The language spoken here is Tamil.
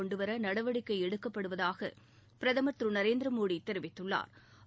கொண்டுவர நடவடிக்கை எடுக்கப்படுவதாக பிரதமா் திரு நரேந்திர மோடி தெரிவித்துள்ளாா்